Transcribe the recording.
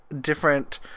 different